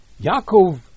Yaakov